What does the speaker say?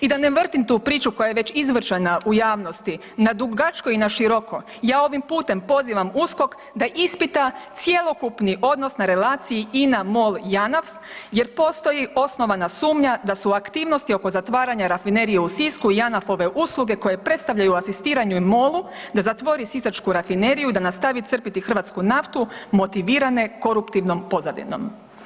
I da ne vrtim tu priču koja je već izvršena u javnosti na dugačko i na široko ja ovim putem pozivam USKOK da ispita cjelokupni odnos na relaciji INA-MOL-Janaf jer postoji osnovana sumnja da su aktivnosti oko zatvaranja Rafinerije u Sisku Janafove usluge koje predstavljaju asistiranje MOL-u da zatvori Sisačku rafineriju da nastavi crpiti hrvatsku naftu motivirane koruptivnom pozadinom.